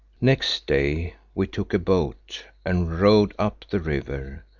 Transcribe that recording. next day we took boat and rowed up the river,